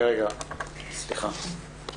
סליחה.